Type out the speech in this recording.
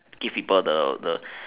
give people the the